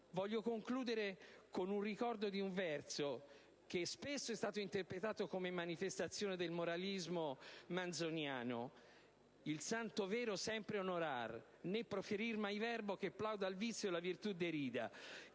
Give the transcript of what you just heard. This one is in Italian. Voglio concludere ricordando un verso che spesso è stato interpretato come manifestazione del moralismo manzoniano: «Il santo Vero mai non tradir: né proferir mai verbo, che plauda al vizio, o la virtù derida»,